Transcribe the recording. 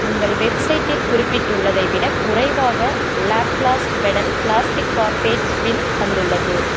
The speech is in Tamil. உங்கள் வெப்சைட்டில் குறிப்பிட்டுள்ளதை விடக் குறைவாக லேப்ளாஸ்ட் பெடல் ப்ளாஸ்டிக் கார்பேஜ் பின் வந்துள்ளது